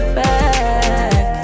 back